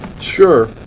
Sure